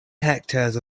hectares